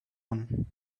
one